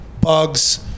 bugs